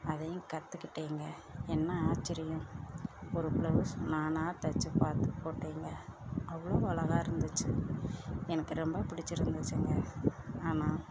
அதையும் கத்துக்கிட்டேங்க என்ன ஆச்சரியம் ஒரு பிளவுஸ் நானாக தைச்சு பார்த்து போட்டேங்க அவ்வளோவு அழகாக இருந்துச்சு எனக்கு ரொம்ப பிடிச்சு இருந்துச்சுங்க ஆமாம்